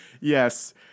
Yes